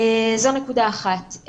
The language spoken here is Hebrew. זו נקודה אחת.